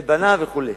את בניו וכו',